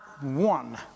one